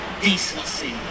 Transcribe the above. decency